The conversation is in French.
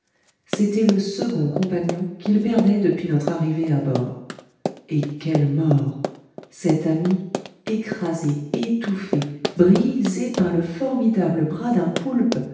c'était le second compagnon qu'il perdait depuis notre arrivée à bord et quelle mort cet ami écrasé étouffé brisé par le formidable bras d'un poulpe